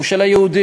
הוא של היהודים.